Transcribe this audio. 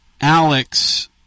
Alex